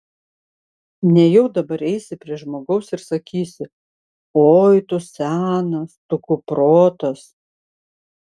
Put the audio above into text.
nejau dabar eisi prie žmogaus ir sakysi oi tu senas tu kuprotas